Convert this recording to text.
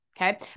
Okay